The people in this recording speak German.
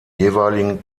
jeweiligen